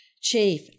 chief